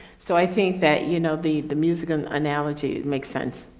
so i think that, you know, the the musical analogy makes sense.